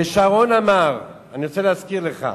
ושרון אמר, אני רוצה להזכיר לך: